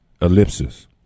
ellipsis